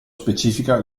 specifica